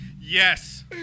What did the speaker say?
Yes